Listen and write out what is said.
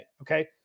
Okay